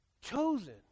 Chosen